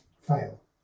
Fail